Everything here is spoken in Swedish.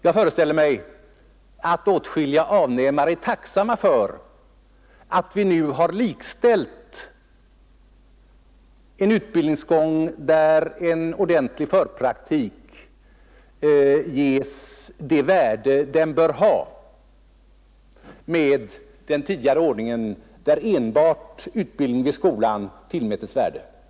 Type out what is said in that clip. Jag föreställer mig att åtskilliga avnämare är tacksamma för att en utbildningsgång, där en ordentlig förpraktik ges det värde den bör ha, nu är likställd med den tidigare ordningen, som innebar att enbart utbildning vid skolan tillmättes värde.